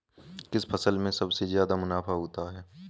किस फसल में सबसे जादा मुनाफा होता है?